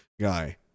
guy